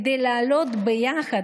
כדי לעלות ביחד,